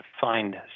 find